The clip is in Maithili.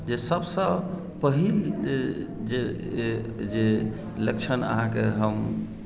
जे सभसँ पहिल जे लक्षण अहाँकेँ हम